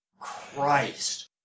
Christ